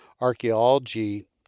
Archaeology